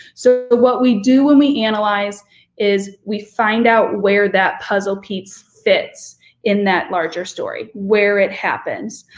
so what we do when we analyze is we find out where that puzzle piece fits in that larger story, where it happens.